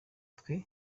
twe